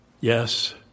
yes